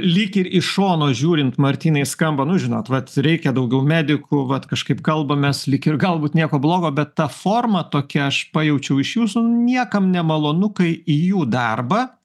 lyg ir iš šono žiūrint martynai skamba nu žinot vat reikia daugiau medikų vat kažkaip kalbamės lyg ir galbūt nieko blogo bet ta forma tokia aš pajaučiau iš jūsų niekam nemalonu kai į jų darbą